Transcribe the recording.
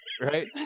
right